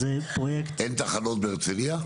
זה פרויקט -- אין תחנות בהרצליה?